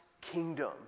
kingdom